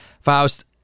Faust